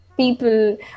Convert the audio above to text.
People